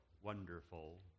wonderful